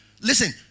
listen